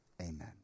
amen